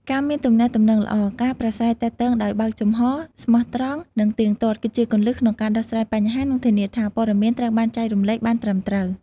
ការមានទំនាក់ទំនងល្អ ការប្រាស្រ័យទាក់ទងដោយបើកចំហរ ស្មោះត្រង់ និងទៀងទាត់ គឺជាគន្លឹះក្នុងការដោះស្រាយបញ្ហា និងធានាថាព័ត៌មានត្រូវបានចែករំលែកបានត្រឹមត្រូវ។